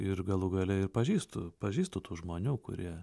ir galų gale ir pažįstu pažįstu tų žmonių kurie